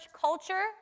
culture